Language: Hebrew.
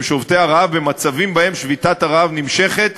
שובתי הרעב במצבים שבהם שביתת הרעב נמשכת